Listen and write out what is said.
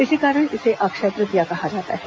इसी कारण इसे अक्षय तृतीया कहा जाता है